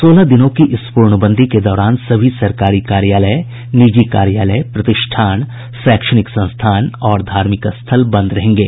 सोलह दिनों की इस पूर्णबंदी के दौरान सभी सरकारी कार्यालय निजी कार्यालय प्रतिष्ठान शैक्षणिक संस्थान और धार्मिक स्थल बंद रहेंगे